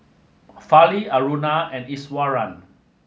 Fali Aruna and Iswaran